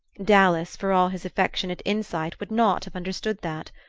dallas, for all his affectionate insight, would not have understood that.